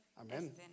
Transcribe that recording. Amen